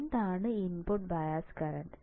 എന്താണ് input bias current